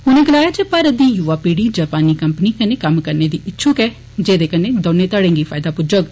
उनें गलाया जे भारत दी युवा पीढ़ी जापानी कम्पनिएं कन्नै कम्म करने दी इच्छुक ऐ र्जेदे कन्नै दौने घड़े गी फायदा पुज्जोग